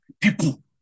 people